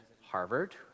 Harvard